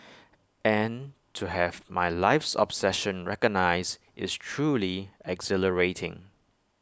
and to have my life's obsession recognised is truly exhilarating